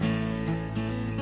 and